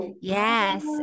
yes